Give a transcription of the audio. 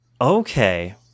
Okay